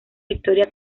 victoria